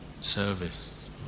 service